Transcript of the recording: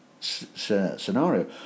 scenario